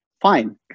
Fine